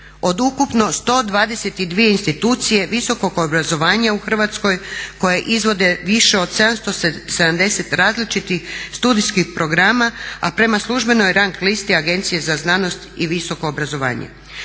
od ukupno 122 institucije visokog obrazovanja u Hrvatskoj koje izvode više od 770 različitih studijskih programa, a prema službenoj rang-listi Agencije za znanost i visoko obrazovanje.